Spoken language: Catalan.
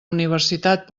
universitat